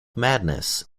madness